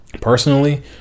personally